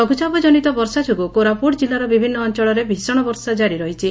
ଲଘୁଚାପଜନିତ ବର୍ଷା ଯୋଗୁଁ କୋରାପୁଟ ଜିଲ୍ଲାର ବିଭିନ୍ଦ ଅଞ୍ଚଳରେ ଭୀଷଣ ବର୍ଷା ଜାରି ରହିଛି